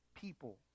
people